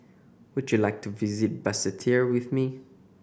would you like to visit Basseterre with me